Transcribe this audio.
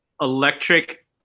electric